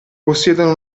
possiedono